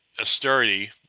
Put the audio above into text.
austerity